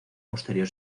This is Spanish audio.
posterior